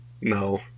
no